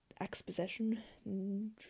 exposition